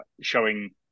showing